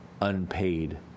unpaid